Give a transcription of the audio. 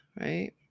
Right